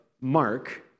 Mark